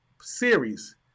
series